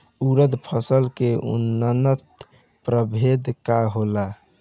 उरद फसल के उन्नत प्रभेद का होला?